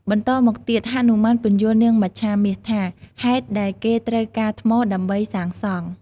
បន្តមកទៀត ហនុមានពន្យល់នាងមច្ឆាមាសថា ហេតុដែលគេត្រូវការថ្មដើម្បីសាងសង។